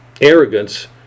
arrogance